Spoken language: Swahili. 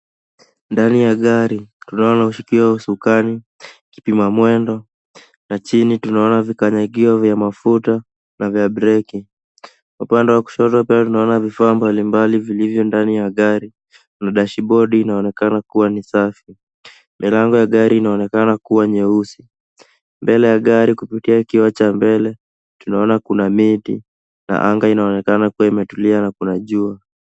Ndani ya gari tunaona ushikio wa usukani, kipima mwendo na chini tunaona vikanyagio vya mafuta na vya breki. Upande wa kushoto pia tunaona vifaa mbalimbali vilivyo ndani ya gari na dashibodi inaonekana kuwa ni safi. Milango ya gari inaonekana kuwa nyeusi. Mbele ya gari kupitia kioo cha mbele tunaona kuna miti na anga inaonekana kuwa imetulia na kuna jua.